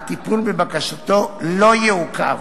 הטיפול בבקשתו לא יעוכב.